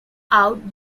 out